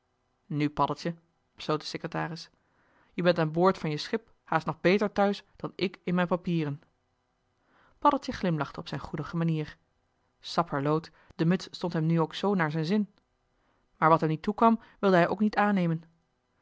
paddeltje besloot de secretaris je bent aan boord van je schip haast nog beter thuis dan ik in m'n papieren paddeltje glimlachte op zijn goedige manier sapperloot de muts stond hem nu ook zoo naar zijn zin maar wat hem niet toekwam wilde hij ook niet aannemen